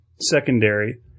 secondary